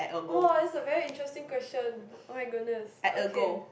!wah! that's a very interesting question [oh]-my-goodness okay